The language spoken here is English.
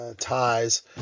ties